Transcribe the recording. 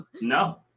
No